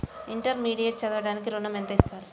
Intermediate చదవడానికి ఋణం ఎంత ఇస్తారు?